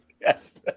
Yes